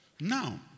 Now